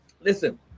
listen